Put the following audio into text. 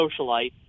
socialite